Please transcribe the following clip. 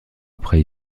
après